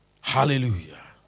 Hallelujah